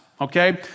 Okay